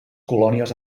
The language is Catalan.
colònies